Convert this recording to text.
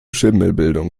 schimmelbildung